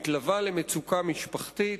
מתלווה למצוקה משפחתית,